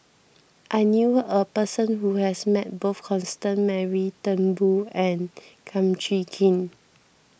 I knew a person who has met both Constance Mary Turnbull and Kum Chee Kin